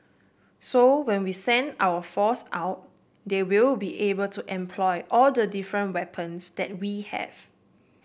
so when we send our force out they will be able to employ all the different weapons that we have